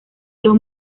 los